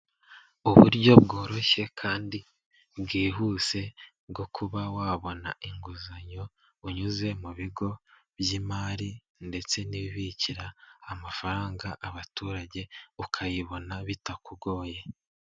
Uburyo bworoshye kandi bwihuse bwo kuba wabona inguzanyo, unyuze mu bigo by'imari ndetse n'ibibikira amafaranga abaturage, ukayibona bitakugoye.